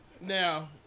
Now